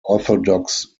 orthodox